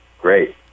great